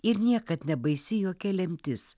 ir niekad nebaisi jokia lemtis